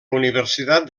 universitat